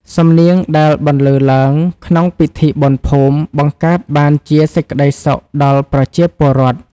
សំនៀងដែលបន្លឺឡើងក្នុងពិធីបុណ្យភូមិ បង្កើតបានជាសេចក្ដីសុខដល់ពលរដ្ឋ។